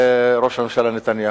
ראש הממשלה נתניהו.